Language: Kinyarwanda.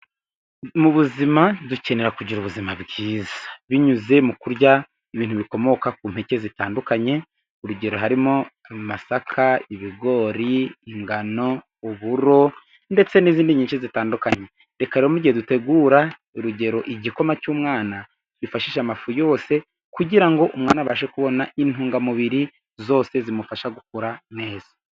Mu buzima dukenera kugira ubuzima bwiza binyuze mu kurya ibintu bikomoka ku mpeke zitandukanye. Urugero harimo amasaka, ibigori, ingano, uburo ndetse n'izindi nyinshi zitandukanye. Reka rero mu gihe dutegura urugero igikoma cy'umwana, twifashishe amafu yose, kugira ngo umwana abashe kubona intungamubiri zose zimufasha gukura neza.